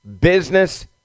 business